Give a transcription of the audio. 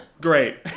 Great